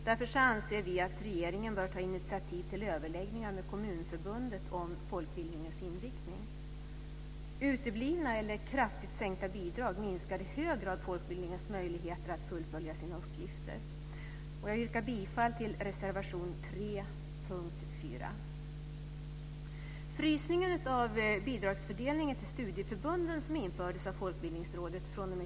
Därför anser vi att regeringen bör ta initiativ till överläggningar till med Kommunförbundet om folkbildningens inriktning. Uteblivna eller kraftigt sankta bidrag minskar i hög grad folkbildningens möjligheter att fullfölja sina uppgifter. Jag yrkar bifall till reservation 3 under punkt 4.